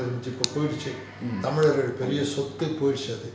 mm